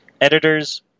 editors